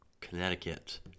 Connecticut